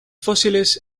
fósiles